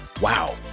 Wow